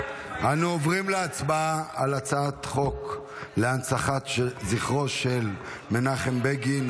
אנו עוברים להצבעה על הצעת חוק להנצחת זכרו של מנחם בגין,